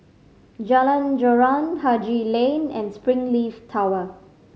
Jalan Joran Haji Lane and Springleaf Tower